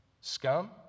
scum